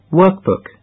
workbook